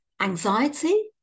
anxiety